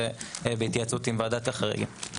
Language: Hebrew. זה בהתייעצות עם ועדת החריגים.